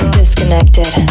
disconnected